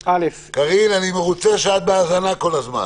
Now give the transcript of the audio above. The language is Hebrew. קארין, אני מרוצה שאת בהאזנה כל הזמן